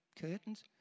curtains